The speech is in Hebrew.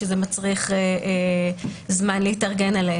מה שמצריך זמן התארגנות.